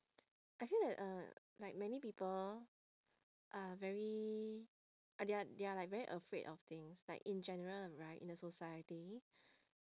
I feel like uh like many people are very ah they are they are like very afraid of things like in general right in a society